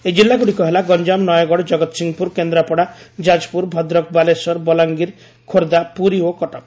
ଏହି ଜିଲ୍ଲାଗୁଡ଼ିକ ହେଲା ଗଞାମ ନୟାଗଡ କଗତ୍ସିଂହପୁର କେନ୍ଦ୍ରାପଡା ଯାଜପୁର ଭଦ୍ରକ ବାଲେଶ୍ୱର ବଲାଙ୍ଗୀର ଖୋର୍ବ୍ଧା ପୁରୀ ଓ କଟକ